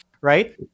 right